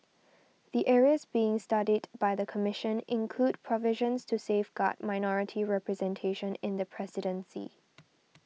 the areas being studied by the Commission include provisions to safeguard minority representation in the presidency